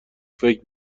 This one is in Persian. فکر